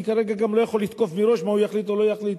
אני כרגע גם לא יכול לתקוף מראש מה הוא יחליט או לא יחליט,